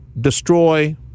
destroy